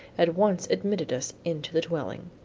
at once admitted us into the dwelling.